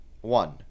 One